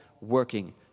working